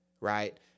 right